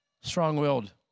strong-willed